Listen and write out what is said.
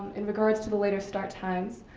in regards to the later start times,